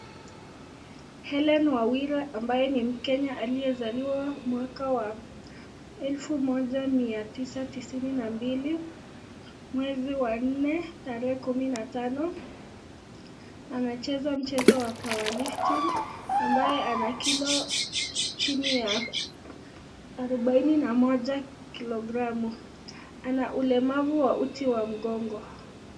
Hellen Wawire ambaye ni mkenya aliyezaliwa mwaka wa elfu moja mia tisa tisini na mbili, mwezi wa nne tarehe kumi na . Anacheza mchezo wa powerlifting , ambaye ana kilo chini ya arubaini na moja kilogramu. Ana ulemavu wa uti wa mgongo